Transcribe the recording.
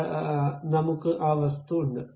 അതിനാൽ നമുക്ക് ആ വസ്തു ഉണ്ട്